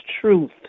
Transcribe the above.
truth